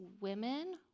women